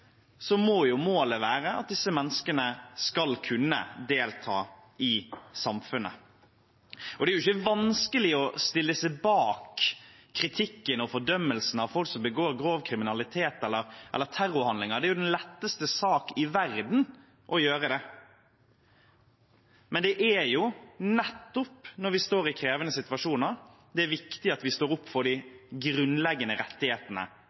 må jo målet være at disse menneskene skal kunne delta i samfunnet. Det er ikke vanskelig å stille seg bak kritikken og fordømmelsen av folk som begår grov kriminalitet eller terrorhandlinger. Det er den letteste sak i verden å gjøre det. Men det er nettopp når vi står i krevende situasjoner at det er viktig at vi står opp for de grunnleggende rettighetene